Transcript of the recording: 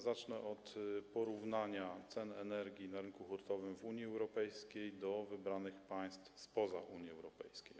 Zacznę od porównania cen energii na rynku hurtowym w Unii Europejskiej do cen w wybranych państwach spoza Unii Europejskiej.